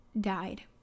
died